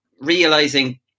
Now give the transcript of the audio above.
realizing